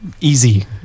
easy